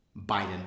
Biden